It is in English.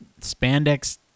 spandex